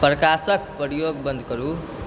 प्रकाशके प्रयोग बंद करू